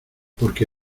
porque